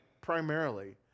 primarily